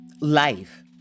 life